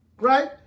right